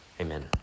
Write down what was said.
Amen